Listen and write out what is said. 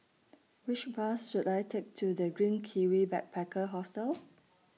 Which Bus should I Take to The Green Kiwi Backpacker Hostel